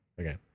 Okay